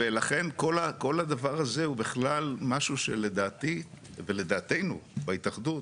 ולכן כל הדבר הזה הוא משהו שלדעתי ולדעתנו בהתאחדות,